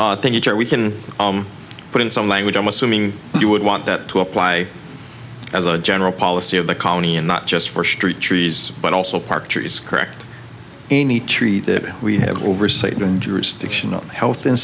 wilco we can put in some language i'm assuming you would want that to apply as a general policy of the county and not just for street trees but also park trees correct any treaty that we have oversight when jurisdictional health and